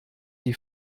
die